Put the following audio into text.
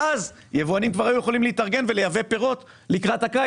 ואז יבואנים כבר היו יכולים להתארגן ולייבא פירות לקראת הקיץ.